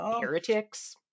heretics